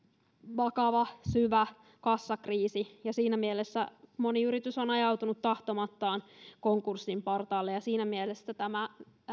vakava syvä kassakriisi ja siinä mielessä moni yritys on ajautunut tahtomattaan konkurssin partaalle siinä mielessä tämä